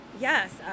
Yes